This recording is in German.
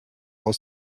aus